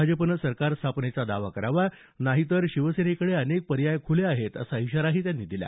भाजपनं सरकार स्थापनेचा दावा करावा नाहीतर शिवसेनेकडे अनेक पर्याय खुले आहेत असा इशाराही त्यांनी दिला